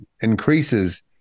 increases